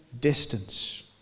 distance